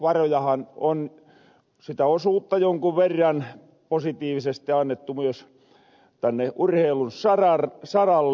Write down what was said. veikkausvoittovarojahan on sitä osuutta jonkun verran positiivisesti annettu myös tänne urheilun saralle